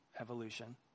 evolution